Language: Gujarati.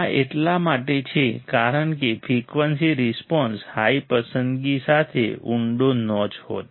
આ એટલા માટે છે કારણ કે ફ્રિકવન્સી રિસ્પોન્સ હાઈ પસંદગી સાથે ઊંડો નોચ હતો